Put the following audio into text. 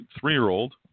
three-year-old